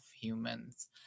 humans